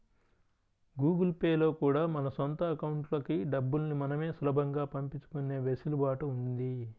Google Pay లో కూడా మన సొంత అకౌంట్లకి డబ్బుల్ని మనమే సులభంగా పంపించుకునే వెసులుబాటు ఉంది